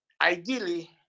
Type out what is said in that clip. Ideally